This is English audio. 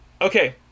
Okay